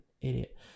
idiot